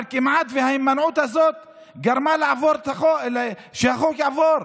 אבל ההימנעות הזאת כמעט גרמה שהחוק יעבור.